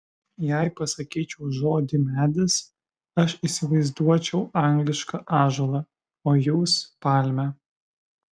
jei pasakyčiau žodį medis aš įsivaizduočiau anglišką ąžuolą o jūs palmę